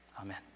amen